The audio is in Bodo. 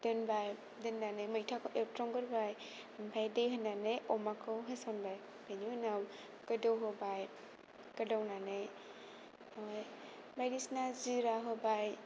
दोनबाय दोननानै मैथाखौ एवफ्रामग्रोबाय ओमफ्राय दै होनानै अमाखौ होसनबाय बेनि उनाव गोदौ होबाय गोदौनानै बायदिसिना जिरा होबाय